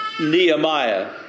Nehemiah